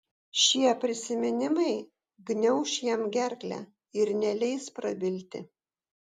šie prisiminimai gniauš jam gerklę ir neleis prabilti